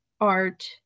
art